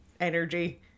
energy